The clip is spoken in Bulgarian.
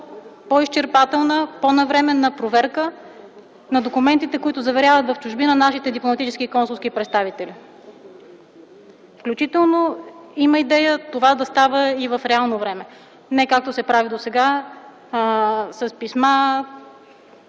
по-изчерпателна, по-навременна проверка на документите, които заверяват в чужбина нашите дипломатически и консулски представители. Включително има идея това да става и в реално време, а не както се прави досега – с писма,